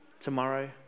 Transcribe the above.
tomorrow